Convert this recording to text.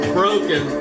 broken